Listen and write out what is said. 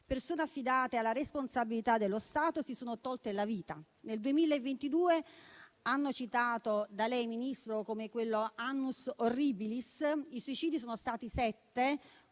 persone affidate alla responsabilità dello Stato si sono tolte la vita. Nel 2022, anno citato dal Ministro quale annus horribilis, i suicidi furono 7, quasi